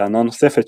טענה נוספת,